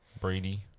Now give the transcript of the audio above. Brady